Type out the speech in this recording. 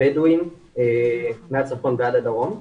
בדואים מהצפון ועד הדרום.